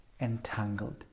entangled